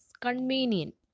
convenient